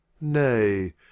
Nay